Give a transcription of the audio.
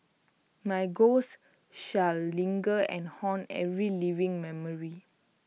my ghost shall linger and haunt every living memory